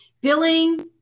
billing